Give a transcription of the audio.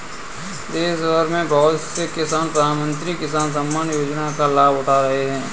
देशभर में बहुत से किसान प्रधानमंत्री किसान सम्मान योजना का लाभ उठा रहे हैं